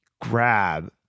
grab